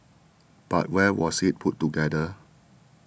but where was it put together